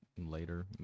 later